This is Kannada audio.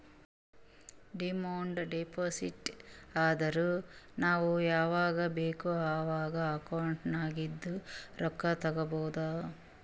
ಡಿಮಾಂಡ್ ಡೆಪೋಸಿಟ್ ಅಂದುರ್ ನಾವ್ ಯಾವಾಗ್ ಬೇಕ್ ಅವಾಗ್ ಅಕೌಂಟ್ ನಾಗಿಂದ್ ರೊಕ್ಕಾ ತಗೊಬೋದ್